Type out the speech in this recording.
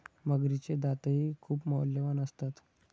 मगरीचे दातही खूप मौल्यवान असतात